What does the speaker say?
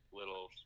little